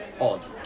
odd